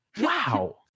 Wow